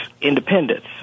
independence